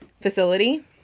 facility